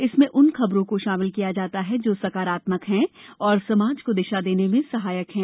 इसमें उन खबरों को शामिल किया जाता है जो सकारात्मक हैं और समाज को दिशा देने में सहायक हैं